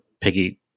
Piggy